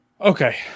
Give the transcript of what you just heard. Okay